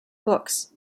books